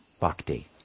bhakti